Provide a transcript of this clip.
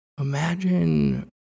Imagine